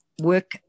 Work